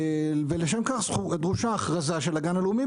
לשם כך דרושה הכרזה של הגן הלאומי,